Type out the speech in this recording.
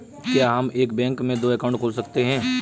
क्या हम एक बैंक में दो अकाउंट खोल सकते हैं?